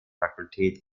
fakultät